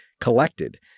collected